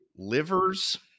Livers